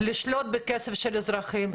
לשלוט בכסף של אזרחים,